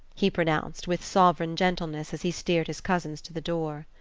he pronounced with sovereign gentleness as he steered his cousins to the door.